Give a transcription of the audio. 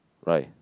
right